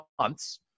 months